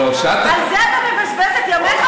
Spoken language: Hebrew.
לא, כשאת, על זה אתה מבזבז את ימיך?